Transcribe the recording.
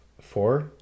Four